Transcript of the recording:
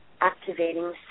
activating